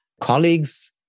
colleagues